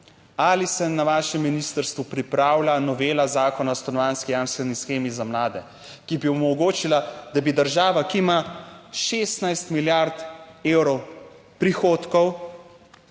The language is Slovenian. Ali se na vašem ministrstvu pripravlja novela zakona o stanovanjski jamstveni shemi za mlade, ki bi omogočila, da bi država, ki ima 16 milijard evrov prihodkov,